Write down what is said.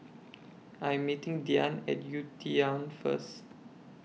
I Am meeting Dyan At UTown First